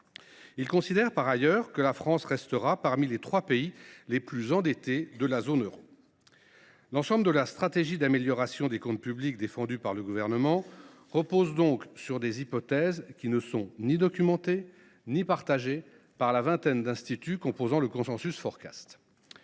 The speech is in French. Il estime par ailleurs que la France restera parmi les trois pays les plus endettés de la zone euro. L’ensemble de la stratégie d’amélioration des comptes publics défendue par le Gouvernement repose donc sur des hypothèses qui ne sont ni documentées ni partagées par la vingtaine d’instituts composant le. Le